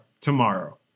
tomorrow